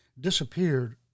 disappeared